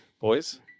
boys